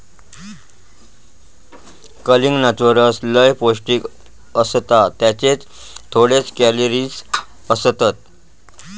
कलिंगडाचो रस लय पौंष्टिक असता त्येच्यात थोडेच कॅलरीज असतत